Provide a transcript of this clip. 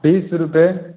बीस रुपये